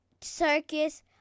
circus